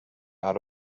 out